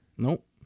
Nope